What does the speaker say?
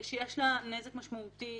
שיש לה נזק משמעותי,